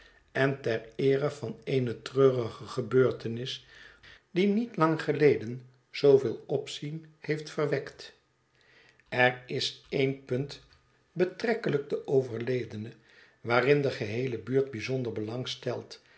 en ter eere van eene treurige gebeurtenis die niet lang geleden zooveel opzien beeft verwekt er is één punt betrekkelijk den overledene waarin de geheele buurt bijzonder